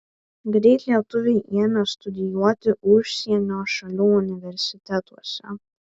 greit lietuviai ėmė studijuoti užsienio šalių universitetuose